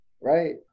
right